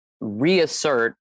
reassert